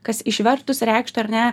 kas išvertus reikštų ar ne